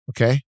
okay